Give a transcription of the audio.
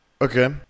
Okay